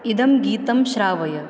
इदं गीतं श्रावय